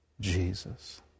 Jesus